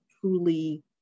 truly